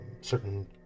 certain